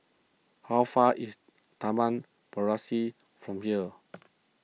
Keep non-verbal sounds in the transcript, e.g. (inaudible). how far is Taman (unintelligible) from here